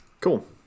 Cool